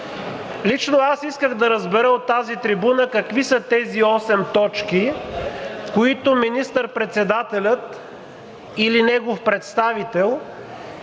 Лично аз исках да разбера от тази трибуна какви са тези осем точки, които министър-председателят или негов представител